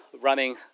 running